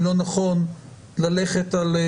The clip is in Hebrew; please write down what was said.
אני לא נתקלתי בכל כך הרבה שנכנסו